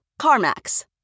CarMax